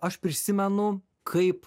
aš prisimenu kaip